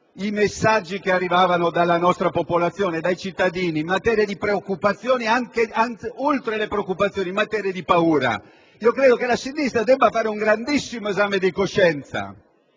i segnali che arrivavano dalla nostra popolazione, dai cittadini, in materia di preoccupazioni e, oltre le preoccupazioni, in materia di paura. Credo che la sinistra debba fare un profondo esame di coscienza: